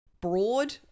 broad